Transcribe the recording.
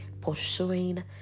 pursuing